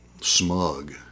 smug